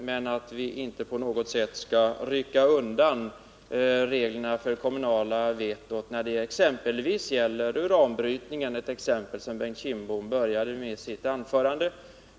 Däremot skall vi inte på något sätt rycka undan reglerna för det kommunala vetot när det exempelvis gäller uranbrytningen, som Bengt Kindbom talade om i början av sitt anförande.